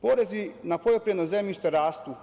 Porezi na poljoprivredno zemljište rastu.